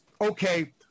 okay